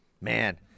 Man